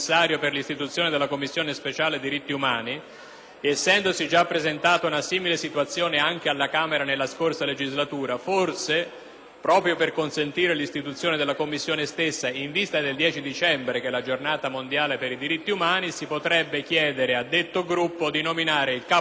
essendosi già presentata una simile situazione anche alla Camera nella scorsa legislatura, forse proprio per consentire l'istituzione della Commissione stessa e in vista della data del 10 dicembre, che è la Giornata mondiale per i diritti umani, si potrebbe chiedere a detto Gruppo di nominare il Capogruppo ed eventualmente procedere, una volta